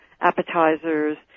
appetizers